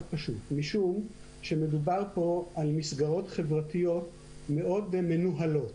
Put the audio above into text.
פשוט משום שמדובר על מסגרות חברתיות מאוד מנוהלות.